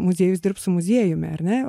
muziejus dirbs su muziejumi ar ne